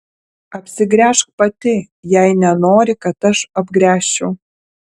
apsigręžk pati jei nenori kad aš apgręžčiau